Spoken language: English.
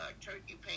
turkey